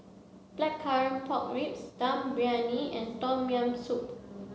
Blackcurrant Pork Ribs Dum Briyani and Tom Yam Soup